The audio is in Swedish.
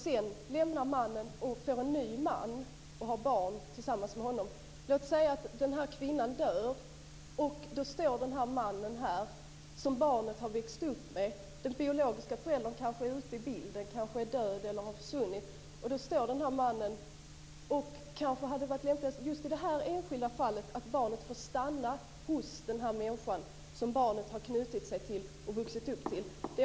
Sedan lämnar hon mannen och får en ny man och har barn tillsammans med honom. Låt oss säga att den här kvinnan dör. Då finns den här mannen, som barnet har vuxit upp med. Den biologiska föräldern är kanske ute ur bilden. Han kanske är död eller har försvunnit. Kanske skulle det vara lämpligast just i det här enskilda fallet att barnet får stanna hos den människa som barnet har knutit an till och vuxit upp med.